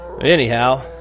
Anyhow